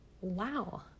wow